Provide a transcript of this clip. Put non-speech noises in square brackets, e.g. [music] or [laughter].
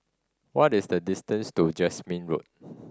what is the distance to Jasmine Road [unintelligible]